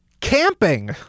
Camping